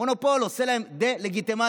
מונופול, עושה לה דה-לגיטימציה,